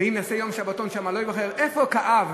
ואם נעשה יום שבתון שם הוא לא ייבחר איפה כאב?